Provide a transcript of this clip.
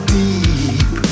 deep